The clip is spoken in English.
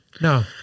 No